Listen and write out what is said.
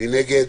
מי נגד?